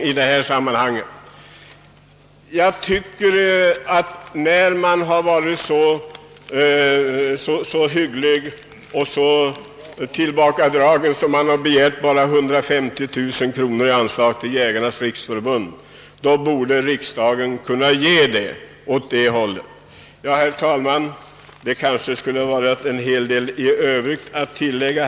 När man nu har varit så blygsam att man endast begärt 150 000 kronor i anslag till Jägarnas riksförbund borde riksdagen kunna bifalla det yrkandet.